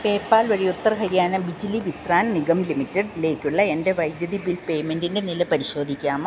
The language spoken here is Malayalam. പേപാൽ വഴി ഉത്തർ ഹരിയാന ബിജ്ലി വിത്രാൻ നിഗം ലിമിറ്റഡിലേക്കുള്ള എൻ്റെ വൈദ്യുതി ബിൽ പേയ്മെൻ്റിൻ്റെ നില പരിശോധിക്കാമോ